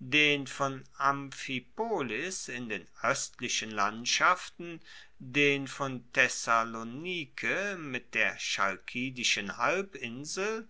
den von amphipolis in den oestlichen landschaften den von thessalonike mit der chalkidischen halbinsel